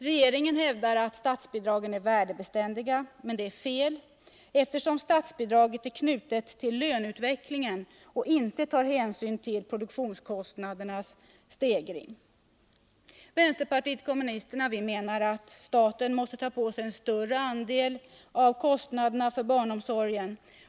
Regeringen hävdar att statsbidraget är värdebeständigt. Det är fel, eftersom statsbidraget är knutet till löneutvecklingen och inte tar hänsyn till produktionskostnadernas stegring. Vänsterpartiet kommunisterna anser att staten måste ta på sig en större andel av kostnaderna för barnomsorgen.